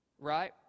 Right